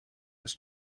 its